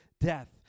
death